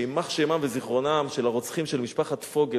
יימח שמם וזיכרונם של הרוצחים של משפחת פוגל,